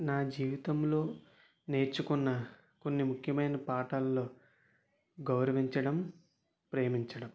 నా జీవితంలో నేర్చుకున్న కొన్ని ముఖ్యమైన పాఠాల్లో గౌరవించడం ప్రేమించడం